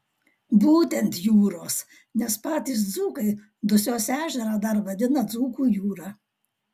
būtent jūros nes patys dzūkai dusios ežerą dar vadina dzūkų jūra